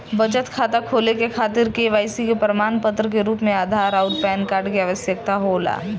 बचत खाता खोले के खातिर केवाइसी के प्रमाण के रूप में आधार आउर पैन कार्ड के आवश्यकता होला